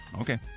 Okay